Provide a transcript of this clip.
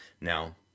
Now